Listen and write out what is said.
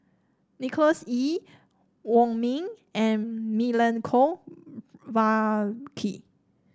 Nicholas Ee Wong Ming and Milenko